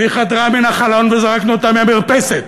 והיא חדרה מהחלון, וזרקנו אותה מהמרפסת,